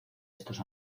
estos